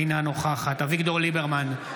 אינה נוכחת אביגדור ליברמן,